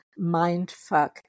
mindfuck